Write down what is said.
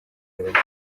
arazira